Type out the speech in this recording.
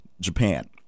Japan